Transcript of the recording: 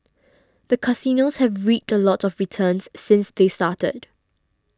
the casinos have reaped a lot of returns since they started